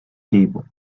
table